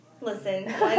Listen